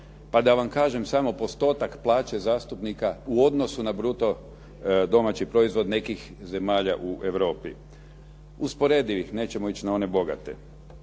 Pa da vam kažem samo postotak plaće zastupnika u odnosu na bruto domaći proizvod nekih zemalja u Europi. Usporedit ću ih, nećemo ići na one bogate.